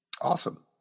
awesome